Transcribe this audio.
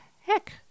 heck